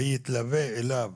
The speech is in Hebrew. ויתלווה אליו